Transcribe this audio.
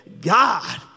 God